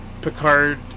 Picard